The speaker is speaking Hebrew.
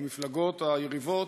במפלגות היריבות,